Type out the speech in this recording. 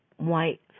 White